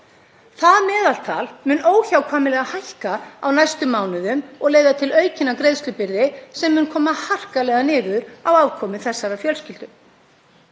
Það meðaltal mun óhjákvæmilega hækka á næstu mánuðum og leiða til aukinnar greiðslubyrði sem mun koma harkalega niður á afkomu þessarar fjölskyldu.